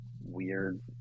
weird